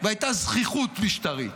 והייתה זחיחות משטרית.